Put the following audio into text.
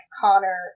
Connor